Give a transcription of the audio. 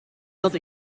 dat